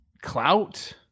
clout